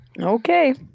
Okay